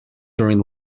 during